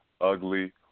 ugly